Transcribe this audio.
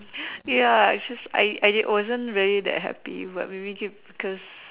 ya actually I I wasn't that happy but maybe it because